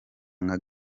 nka